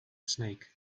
snake